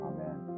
Amen